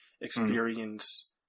experience